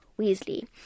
Weasley